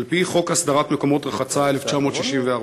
על-פי חוק הסדרת מקומות רחצה מ-1964,